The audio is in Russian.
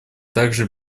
также